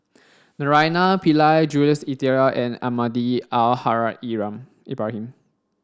Naraina Pillai Jules Itier and Almahdi Al Haj Ibrahim